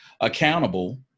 accountable